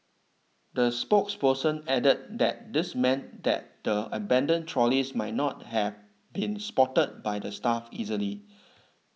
the spokesperson added that this meant that the abandoned trolleys might not have been spotted by the staff easily